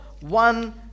one